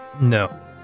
No